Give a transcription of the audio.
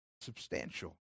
substantial